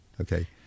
Okay